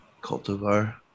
cultivar